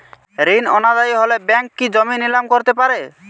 ঋণ অনাদায়ি হলে ব্যাঙ্ক কি জমি নিলাম করতে পারে?